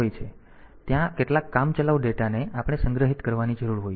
તેથી ત્યાં કેટલાક કામચલાઉ ડેટાને આપણે સંગ્રહિત કરવાની જરૂર હોય છે